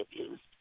abused